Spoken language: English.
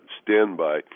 standby